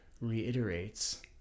reiterates